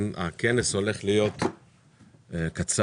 הכנס הולך להיות קצר,